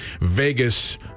Vegas